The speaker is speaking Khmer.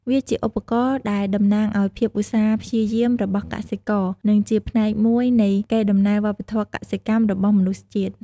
វាជាឧបករណ៍ដែលតំណាងឱ្យភាពឧស្សាហ៍ព្យាយាមរបស់កសិករ និងជាផ្នែកមួយនៃកេរដំណែលវប្បធម៌កសិកម្មរបស់មនុស្សជាតិ។